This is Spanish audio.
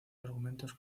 argumentos